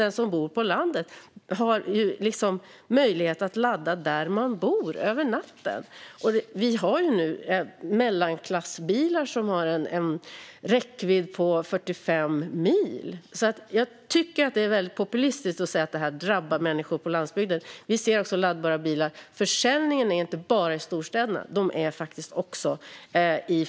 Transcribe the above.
Den som bor på landet har möjlighet att ladda där man bor, över natten. Vi har nu också mellanklassbilar som har en räckvidd på 45 mil. Jag tycker alltså att det är väldigt populistiskt att säga att detta drabbar människor på landsbygden. Vi ser också att försäljningen av laddbara bilar inte bara sker i storstäderna.